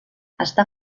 està